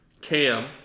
Cam